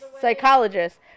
psychologist